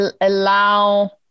allow